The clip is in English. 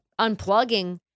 unplugging